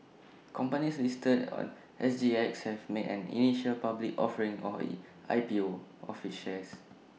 companies listed on S G X have made an initial public offering or I P O of its shares